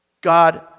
God